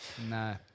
No